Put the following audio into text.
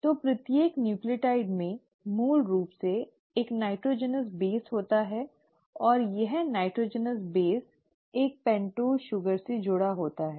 तो प्रत्येक न्यूक्लियोटाइड में मूल रूप से एक नाइट्रोजनस आधार होता है और यह नाइट्रोजनस आधार एक पेन्टोस शुगर से जुड़ा होता है